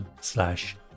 slash